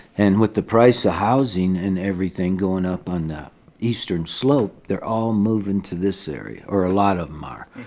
and with the price of ah housing and everything going up on the eastern slope, they're all moving into this area or a lot of them are.